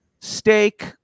steak